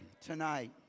tonight